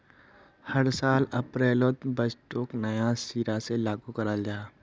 हर साल अप्रैलोत बजटोक नया सिरा से लागू कराल जहा